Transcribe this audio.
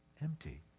empty